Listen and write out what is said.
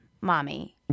mommy